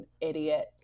idiot